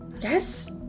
yes